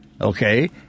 Okay